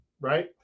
right